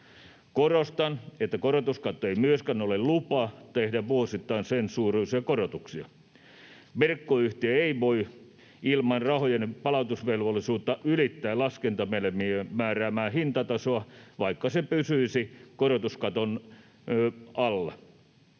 Korostan, että korotuskattoon ei myöskään ole lupaa tehdä vuosittain sen suuruisia korotuksia. Verkkoyhtiö ei voi ilman rahojen palautusvelvollisuutta ylittää laskentamenetelmien määräämää hintatasoa, vaikka se pysyisi korotuskaton alla.